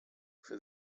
for